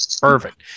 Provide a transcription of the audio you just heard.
Perfect